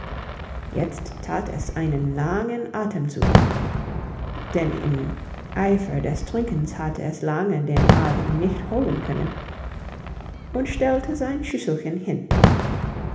jetzt tat es einen langen atemzug denn im eifer des trinkens hatte es lange den atem nicht holen können und stellte sein schüsselchen hin